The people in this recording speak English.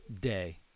day